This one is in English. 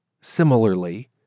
similarly